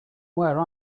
where